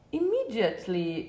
immediately